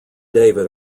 david